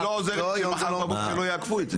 זה לא עוזר שמחר בבוקר לא יאכפו את זה.